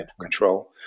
control